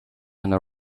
under